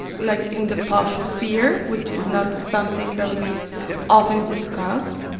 like, in the public sphere, which is not something that we often discuss.